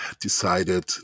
decided